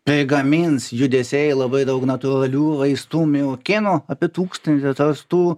prigamins judesiai labai daug natūralių vaistų miaukinų apie tūkstantį atrastų